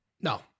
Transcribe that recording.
No